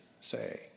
say